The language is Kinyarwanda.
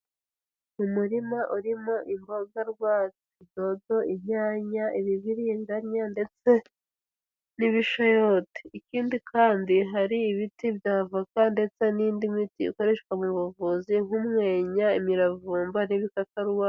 Umurima urimo imboga rwatsi. Dodo, inyanya, ibibiringanya ndetse n'ibishayote. Ikindi kandi hari ibiti bya avoka ndetse n'indi miti ikoreshwa mu buvuzi nk'umwenya, imiravumba n'ibikakarubamba.